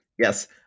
Yes